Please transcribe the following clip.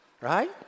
right